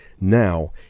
Now